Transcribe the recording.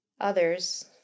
Others